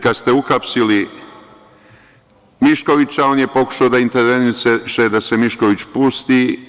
Kada ste uhapsili Miškovića, on je pokušao da interveniše da se Mišković pusti.